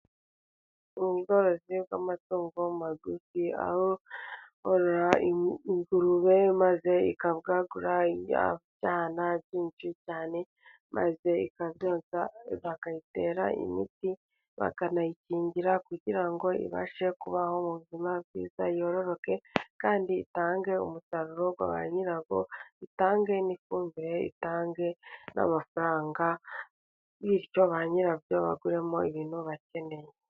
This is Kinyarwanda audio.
Ubworozi bw'amatungo magufi aho wirora ingurube maze ikabwagura ibibyana byinshi cyane, maze ikabyonza bakayitera imiti bakanayikingira kugira ngo ibashe kubaho mu buzima bwiza yororoke. Kandi itange umusaruro kuri banyirabo. Itange n'ifumbire itange n'amafaranga bityo banyirabyo bakuremo ibintu bakeneye.